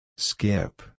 Skip